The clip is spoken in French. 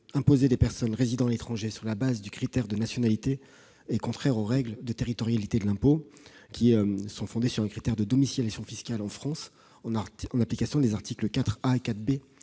imposer des personnes résidant à l'étranger sur la base d'un critère de nationalité est contraire aux règles de territorialité de l'impôt, qui sont fondées sur le critère de domiciliation fiscale en France, en application des articles 4 A et 4